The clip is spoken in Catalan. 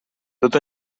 tot